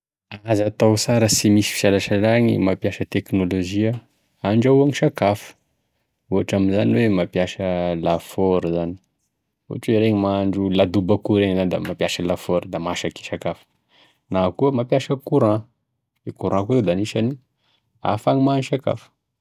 Azo atao sara tsy misy fisalasalagny e mampiasa tekinologia handrahoagny sakafo, ohatra amizany hoe mampiasa lafôry zany ohatra hoe iregny mahandro ladobo akoho regny zany da mampiasa lafôry da masaky e sakafo, na koa mampiasa courant, ny courant koa zao da agnisan'e ahafahana mahandro sakafo.